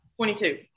22